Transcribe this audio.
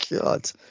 God